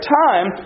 time